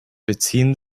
beziehen